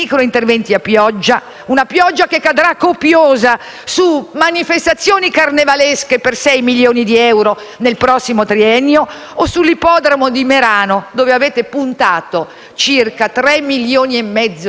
su manifestazioni carnevalesche per sei milioni di euro nel prossimo triennio o sull'ippodromo di Merano, dove avete puntato circa tre milioni e mezzo di euro: